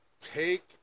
Take